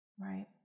right